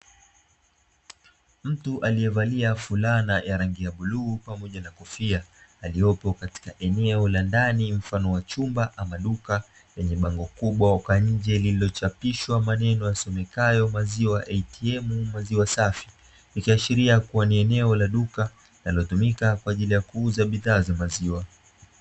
Mtu aliyevalia fulana ya rangi ya bluu pamoja na kufia aliyepo katika eneo la ndani mfano wa chumba ama duka, lenye bango kubwa likiwa nje lililochapishwa maneno yasomekayo "maziwa ATM, maziwa safi", ikiashiria kuwa ni eneo la duka linalotumika kwa ajili ya kuuza bidhaa za maziwa.